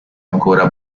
ancora